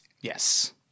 Yes